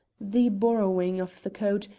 the borrowing of the coat,